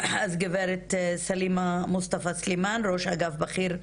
אז גברת סלימה מוסטפא-סלימאן, ראש אגף בכיר,